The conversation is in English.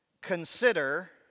Consider